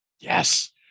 Yes